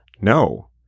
No